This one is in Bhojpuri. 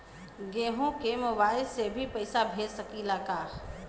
केहू के मोवाईल से भी पैसा भेज सकीला की ना?